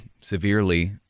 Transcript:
severely